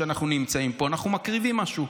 כשאנחנו נמצאים פה אנחנו מקריבים משהו.